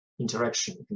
interaction